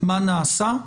מה נעשה.